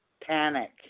panic